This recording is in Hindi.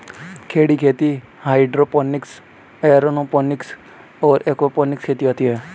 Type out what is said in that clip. खड़ी खेती में हाइड्रोपोनिक्स, एयरोपोनिक्स और एक्वापोनिक्स खेती आती हैं